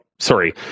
Sorry